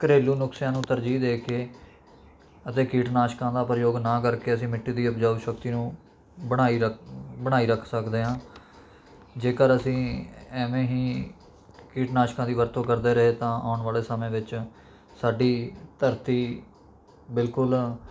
ਘਰੇਲੂ ਨੁਸਖਿਆਂ ਨੂੰ ਤਰਜੀਹ ਦੇ ਕੇ ਅਤੇ ਕੀਟਨਾਸ਼ਕਾਂ ਦਾ ਪ੍ਰਯੋਗ ਨਾ ਕਰਕੇ ਅਸੀਂ ਮਿੱਟੀ ਦੀ ਉਪਜਾਊ ਸ਼ਕਤੀ ਨੂੰ ਬਣਾਈ ਰੱਖ ਬਣਾਈ ਰੱਖ ਸਕਦੇ ਹਾਂ ਜੇਕਰ ਅਸੀਂ ਐਵੇਂ ਹੀ ਕੀਟਨਾਸ਼ਕਾਂ ਦੀ ਵਰਤੋਂ ਕਰਦੇ ਰਹੇ ਤਾਂ ਆਉਣ ਵਾਲੇ ਸਮੇਂ ਦੇ ਵਿੱਚ ਸਾਡੀ ਧਰਤੀ ਬਿਲਕੁਲ